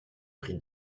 prie